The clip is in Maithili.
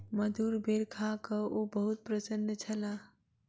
मधुर बेर खा कअ ओ बहुत प्रसन्न छलाह